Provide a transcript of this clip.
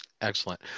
excellent